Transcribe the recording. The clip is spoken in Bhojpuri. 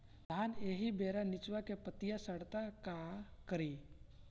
धान एही बेरा निचवा के पतयी सड़ता का करी?